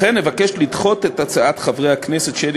לכן אבקש לדחות את הצעת חברי הכנסת שלי